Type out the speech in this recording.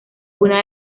una